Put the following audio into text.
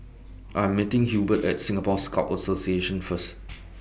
I'm meeting Hubert At Singapore Scout Association First